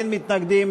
אין מתנגדים,